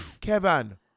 Kevin